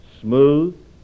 smooth